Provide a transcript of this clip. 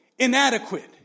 Inadequate